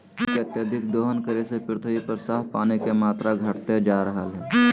जल के अत्यधिक दोहन करे से पृथ्वी पर साफ पानी के मात्रा घटते जा रहलय हें